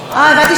הבנתי שנמחקת